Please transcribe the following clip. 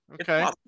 Okay